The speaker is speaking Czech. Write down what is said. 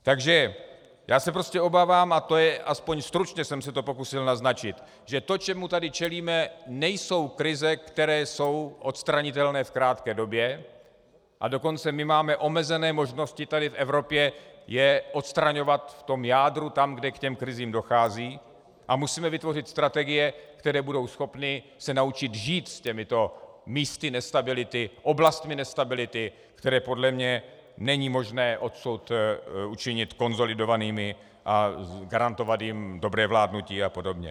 Takže já se prostě obávám a aspoň stručně jsem se to pokusil naznačit že to, čemu tady čelíme, nejsou krize, které jsou odstranitelné v krátké době, a dokonce my tady v Evropě máme omezené možnosti je odstraňovat v tom jádru, tam, kde k těm krizím dochází, a musíme vytvořit strategie, které budou schopny se naučit žít s těmito místy nestability, oblastmi nestability, které podle mě není možné odsud učinit konsolidovanými a garantovat jim dobré vládnutí apod.